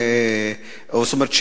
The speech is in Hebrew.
זאת אומרת,